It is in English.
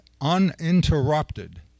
uninterrupted